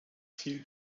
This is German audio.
viel